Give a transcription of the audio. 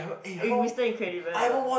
eh Mister-Incredible also ah